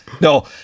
No